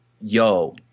Yo